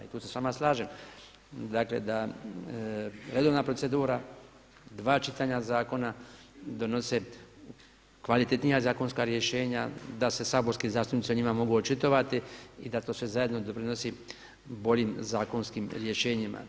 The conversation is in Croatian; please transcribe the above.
I tu se s vama slažem dakle da redovna procedura, dva čitanja zakona donose kvalitetnija zakonska rješenja, da se saborski zastupnici o njima mogu očitovati i da to sve zajedno doprinosi boljim zakonskim rješenjima.